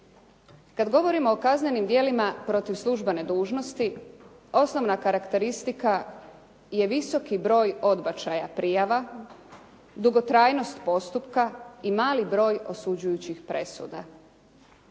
Kada govorimo o kaznenim djelima protiv službene dužnosti, osnovna karakteristika je visok broj odbačaja prijava, dugotrajnost postupka i mali broj osuđujućih presuda.